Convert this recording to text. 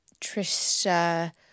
Trisha